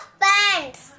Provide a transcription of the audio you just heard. pants